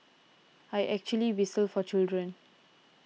I actually whistle for children